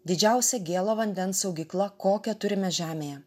didžiausia gėlo vandens saugykla kokią turime žemėje